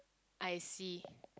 I see